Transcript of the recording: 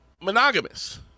monogamous